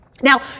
Now